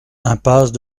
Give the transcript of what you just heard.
impasse